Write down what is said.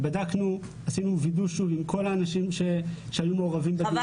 בדקנו עם כל האנשים שהיו מעורבים בדיונים הקודמים.